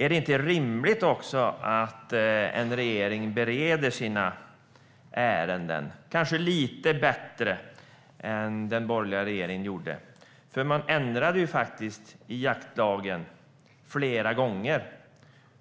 Är det inte rimligt att en regering bereder sina ärenden kanske lite bättre än den borgerliga regeringen gjorde? Man ändrade faktiskt flera gånger i jaktlagen